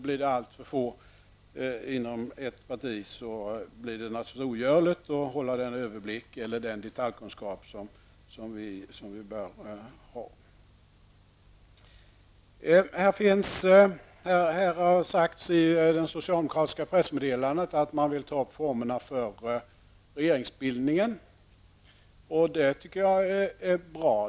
Blir det alltför få ledamöter från ett parti blir det naturligtvis ogörligt att upprätthålla den överblick eller den detaljkunskap som man bör ha. I det socialdemokratiska pressmeddelandet sades att man vill ta upp formerna för regeringsbildningen. Det tycker jag är bra.